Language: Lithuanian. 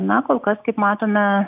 na kol kas kaip matome